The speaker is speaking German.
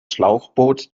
schlauchboot